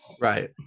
Right